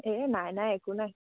এ নাই নাই একো নাই